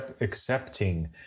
accepting